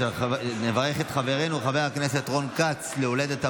אנחנו נברך את חברנו חבר הכנסת רון כץ על הולדת הבת.